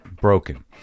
broken